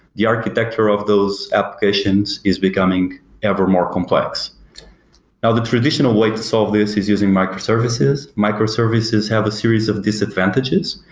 the architecture of those applications is becoming ever more complex ah the traditional way to solve this is using micro-services. micro-services have a series of disadvantages.